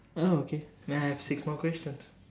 oh okay then I have six more questions